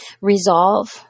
resolve